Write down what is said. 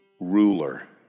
ruler